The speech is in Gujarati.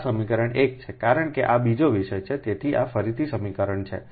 આ સમીકરણ 1 છે કારણ કે આ બીજો વિષય છે તેથી આ ફરીથી સમીકરણ છે